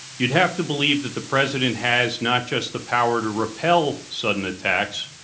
you'd have to believe that the president has not just the power to repel sudden attacks,